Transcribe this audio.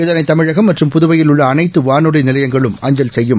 இதனை தமிழகம் மற்றும் புதுவையில் உள்ள அனைத்து வானொலி நிலையங்களும் அஞ்சல் செய்யும்